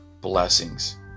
blessings